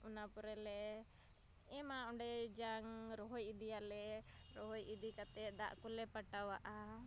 ᱚᱱᱟ ᱯᱚᱨᱮᱞᱮ ᱮᱢᱟ ᱚᱸᱰᱮ ᱡᱟᱝ ᱨᱚᱦᱚᱭ ᱤᱫᱤᱭᱟᱞᱮ ᱨᱚᱦᱚᱭ ᱤᱫᱤ ᱠᱟᱛᱮᱫ ᱫᱟᱜ ᱠᱚᱞᱮ ᱯᱟᱴᱟᱣᱟᱜᱼᱟ